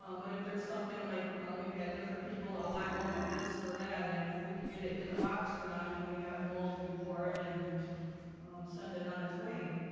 um but if there's something like we've had different people oh, i want this or that and if we can get it in the box for them and we have the molds we pour it and send it on its way